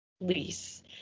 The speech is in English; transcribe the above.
lease